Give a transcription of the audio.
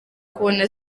kubona